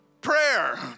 prayer